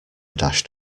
dashed